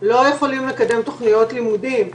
לא יכולים לקדם תוכניות לימודים.